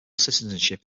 citizenship